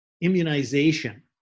immunization